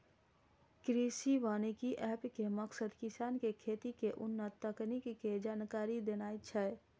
कृषि वानिकी एप के मकसद किसान कें खेती के उन्नत तकनीक के जानकारी देनाय छै